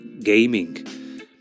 Gaming